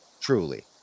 Truly